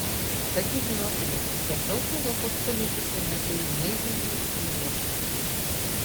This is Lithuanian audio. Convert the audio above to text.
kad jūs žinotumėte kiek daug europos politikų neturi nei vizijų nei etikos